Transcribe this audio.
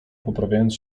poprawiając